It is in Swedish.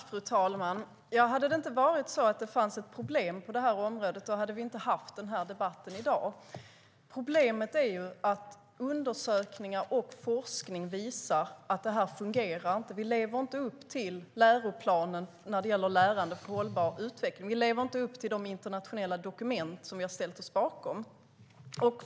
Fru talman! Om det inte hade funnits ett problem på området hade vi inte haft den här debatten i dag. Problemet är att undersökningar och forskning visar att det inte fungerar. Vi lever inte upp till läroplanen när det gäller lärande för hållbar utveckling. Vi lever inte upp till de internationella dokument vi har ställt oss bakom.